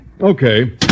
Okay